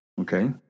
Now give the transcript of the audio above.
Okay